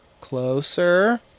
Closer